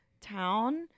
town